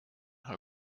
herr